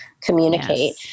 communicate